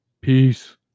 Peace